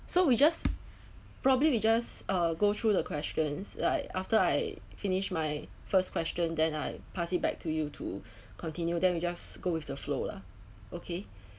so we just probably we just uh go through the questions like after I finish my first question then I pass it back to you to continue them we just go with the flow lah okay